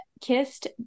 kissed